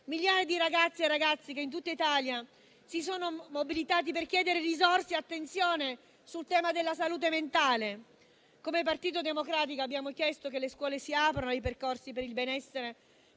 migliaia di ragazze e ragazzi in tutta Italia si sono mobilitati per chiedere risorse e attenzione sul tema della salute mentale. Come Partito Democratico, abbiamo chiesto che le scuole si aprano ai percorsi per il benessere